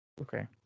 Okay